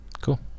Cool